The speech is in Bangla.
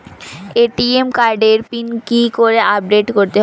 এ.টি.এম কার্ডের পিন কি করে আপডেট করতে হয়?